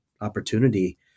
opportunity